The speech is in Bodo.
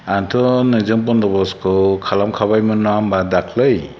आंथ' नोंजों बनदबसखौ खालामखाबायमोन नङा होनबा दाखालि